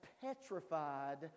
petrified